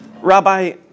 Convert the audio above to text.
Rabbi